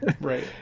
Right